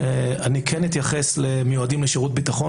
אני כן אתייחס למיועדים לשירות ביטחון,